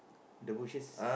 the bushes